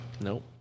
Nope